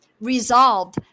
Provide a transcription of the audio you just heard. resolved